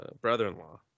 Brother-in-law